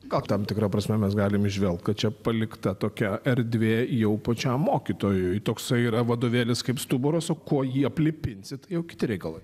gal tam tikra prasme mes galim įžvelgt kad čia palikta tokia erdvė jau pačiam mokytojui toksai yra vadovėlis kaip stuburas o kuo jį aplipinsi tai jau kiti reikalai